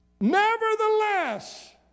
Nevertheless